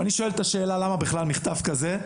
אני שואל את השאלה למה בכלל מכתב כזה,